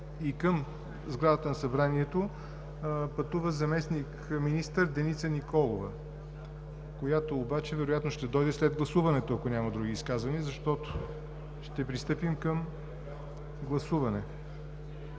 и към сградата на Събранието пътува заместник-министър Деница Николова, която вероятно ще дойде след гласуването, ако няма други изказвания, защото ще пристъпим към гласуване.